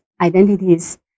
identities